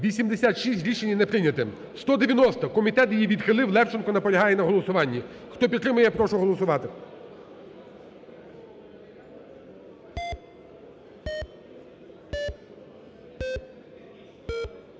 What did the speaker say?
За-86 Рішення не прийняте. 190-а. Комітет її відхилив. Левченко наполягає на голосуванні. Хто підтримує, прошу голосувати.